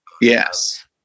Yes